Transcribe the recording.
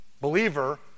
believer